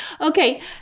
okay